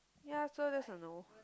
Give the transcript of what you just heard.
ya so that's a no